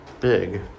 big